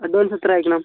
advance എത്ര അയയ്ക്കണം